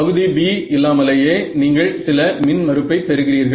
பகுதி B இல்லாமலேயே நீங்கள் சில மின் மறுப்பை பெறுகிறீர்கள்